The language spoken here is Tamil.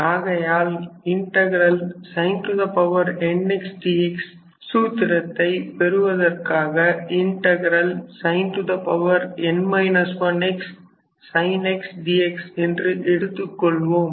ஆகையால் sin nx dx சூத்திரத்தை பெறுவதற்காக sin n 1 x sin x dx என்று எடுத்துக் கொள்வோம்